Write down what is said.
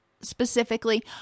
specifically